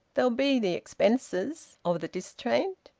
there'll be the expenses. of the distraint?